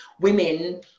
women